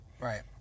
right